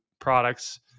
products